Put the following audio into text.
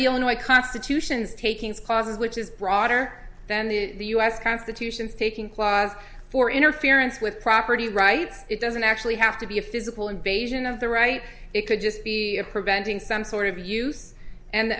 the illinois constitution's takings clause which is broader than the u s constitution taking clause for interference with property rights it doesn't actually have to be a physical invasion of the right it could just be a preventing some sort of use and